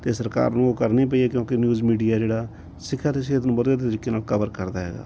ਅਤੇ ਸਰਕਾਰ ਨੂੰ ਉਹ ਕਰਨੀ ਪਈ ਹੈ ਕਿਉਂਕਿ ਨਿਊਜ਼ ਮੀਡੀਆ ਜਿਹੜਾ ਸਿੱਖਿਆ ਅਤੇ ਸਿਹਤ ਨੂੰ ਵਧੀਆ ਤਰੀਕੇ ਨਾਲ ਕਵਰ ਕਰਦਾ ਹੈਗਾ